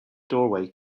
doorway